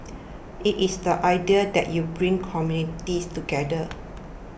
it is the idea that you bring communities together